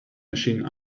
machine